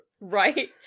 Right